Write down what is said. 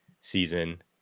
season